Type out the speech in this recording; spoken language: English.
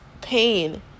pain